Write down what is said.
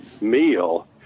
meal